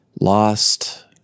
lost